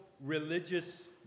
religious